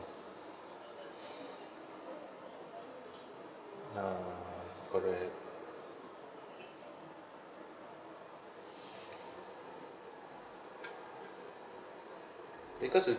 ah correct because a